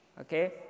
okay